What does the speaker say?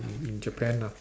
in Japan ah